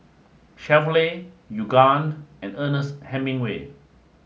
Chevrolet Yoogane and Ernest Hemingway